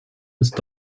ist